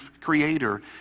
creator